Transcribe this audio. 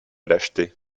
lâcheté